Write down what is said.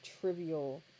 trivial